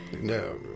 no